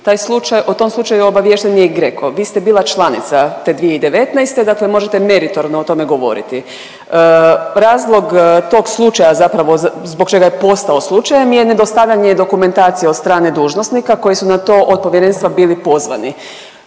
o tom slučaju obaviješten je i GRECO, vi ste bili članica te 2019., dakle možete meritorno o tome govoriti. Razlog tog slučaja zapravo zbog čega je postao slučajem je nedostavljanje dokumentacije od strane dužnosnika koji su na to od Povjerenstva bili pozvani.